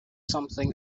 something